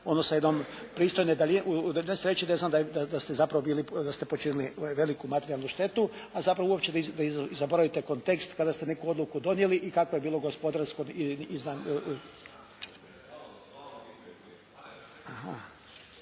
ono sa jednom …/Govornik se ne razumije./… 1993. ne znam da ste zapravo počinili veliku materijalnu štetu a zapravo uopće zaboravite kontekst kada ste neku odluku donijeli i kako je bilo gospodarsko iznad.